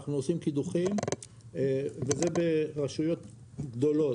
אנחנו עושים קידוחים וזה ברשויות גדולות.